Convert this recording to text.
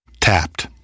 Tapped